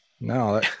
no